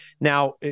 Now